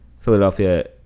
Philadelphia